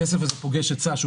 הכסף הזה פוגש היצע שנתון,